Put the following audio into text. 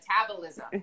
metabolism